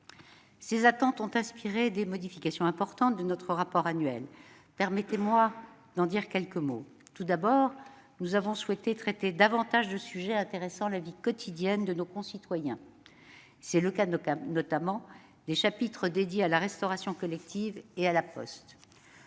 Ces attentes ont inspiré des modifications importantes de notre rapport public annuel. Permettez-moi d'en dire quelques mots. D'abord, nous avons souhaité traiter davantage de sujets intéressant la vie quotidienne de nos concitoyens. C'est le cas notamment des chapitres dédiés à la restauration collective et à La Poste.